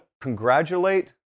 congratulate